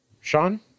Sean